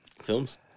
films